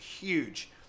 Huge